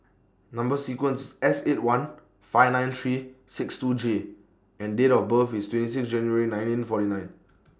Number sequence S eight one five nine three six two J and Date of birth IS twenty six January nineteen forty nine